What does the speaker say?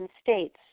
states